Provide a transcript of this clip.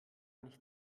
nicht